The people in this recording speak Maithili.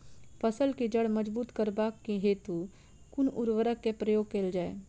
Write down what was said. फसल केँ जड़ मजबूत करबाक हेतु कुन उर्वरक केँ प्रयोग कैल जाय?